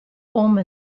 omens